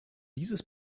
dieses